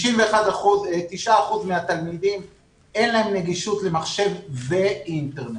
- אין להם נגישות למחשב ואינטרנט.